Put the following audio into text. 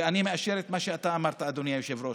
ואני מאשר את מה שאתה אמרת, אדוני היושב-ראש: